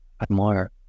admire